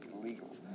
illegal